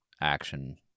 action